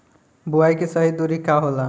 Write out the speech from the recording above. बुआई के सही दूरी का होला?